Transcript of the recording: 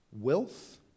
wealth